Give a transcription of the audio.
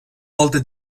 molta